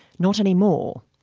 not any more.